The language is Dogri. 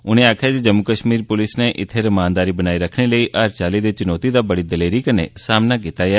उनें आक्खेआ जे जम्मू कश्मीर पुलस नै इत्थें रमानदारी बनाई रक्खने लेई हर चाल्ली दी चुनौती दा बड़ी दलेरी कन्नै सामना कीता ऐ